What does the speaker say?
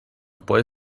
puoi